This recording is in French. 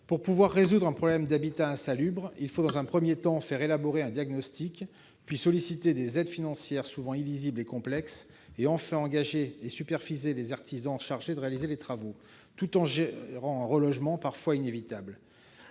Gold. Pour résoudre un problème d'habitat insalubre, il faut dans un premier temps poser un diagnostic, puis solliciter des aides financières souvent illisibles et complexes, et enfin engager et superviser les artisans chargés de réaliser les travaux, tout en gérant un relogement parfois inévitable.